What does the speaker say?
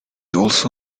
also